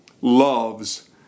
loves